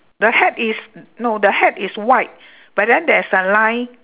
the hat is no the hat is white but then there's a line